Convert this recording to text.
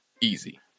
easy